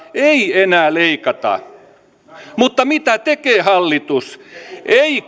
ei enää leikata mutta mitä tekee hallitus ei